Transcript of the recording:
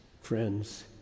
Friends